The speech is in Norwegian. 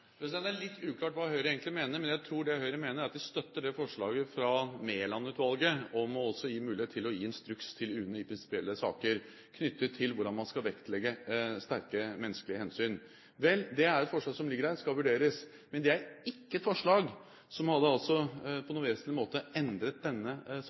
Det er litt uklart hva Høyre egentlig mener. Men jeg tror det Høyre mener, er at de støtter det forslaget fra Mæland-utvalget om også å gi mulighet til å gi instruks til UNE i prinsipielle saker knyttet til hvordan man skal vektlegge sterke menneskelige hensyn. Vel, det er et forslag som ligger der og skal vurderes. Men det er ikke et forslag som på noen vesentlig måte hadde endret denne